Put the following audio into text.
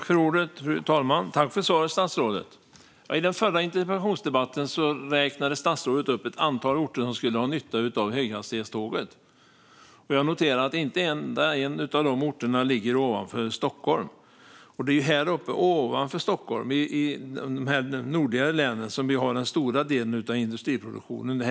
Fru talman! Jag tackar för statsrådets svar. I den förra interpellationsdebatten räknade statsrådet upp ett antal orter som skulle ha nytta av höghastighetståg. Jag noterade att inte en enda av de orterna ligger ovanför Stockholm. Det är ovanför Stockholm, i de nordligare länen, som den stora delen av industriproduktionen finns.